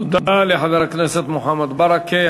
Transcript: תודה רבה לחבר הכנסת מוחמד ברכה.